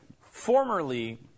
formerly